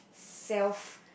self